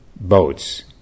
boats